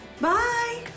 Bye